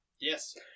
Yes